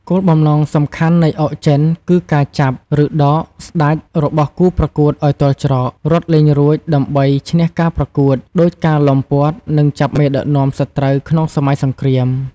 គោលបំណងសំខាន់នៃអុកចិនគឺការ «ចាប់» ឬ «ដក» «ស្តេច» របស់គូប្រកួតឱ្យទាល់ច្រក រត់លែងរួចដើម្បីឈ្នះការប្រកួត ដូចការឡោមព័ទ្ធ និងចាប់មេដឹកនាំសត្រូវក្នុងសម័យសង្គ្រាម។